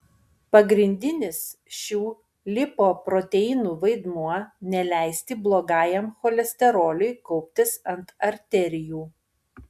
pagrindinis šių lipoproteinų vaidmuo neleisti blogajam cholesteroliui kauptis ant arterijų